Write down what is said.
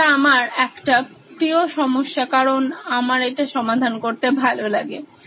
এটা আমার একটা প্রিয় সমস্যা কারন আমার এটা সমাধান করতে ভালো লাগে